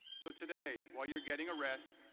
so today, while you're getting a rest.